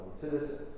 citizens